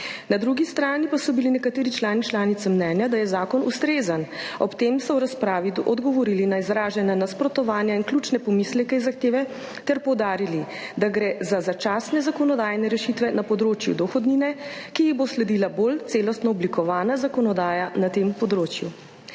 Na drugi strani pa so bili nekateri člani članice mnenja, da je zakon ustrezen. Ob tem so v razpravi odgovorili na izražena nasprotovanja in ključne pomisleke iz zahteve ter poudarili, da gre za začasne zakonodajne rešitve na področju dohodnine, ki jih bo sledila bolj celostno oblikovana zakonodaja na tem področju.